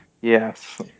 Yes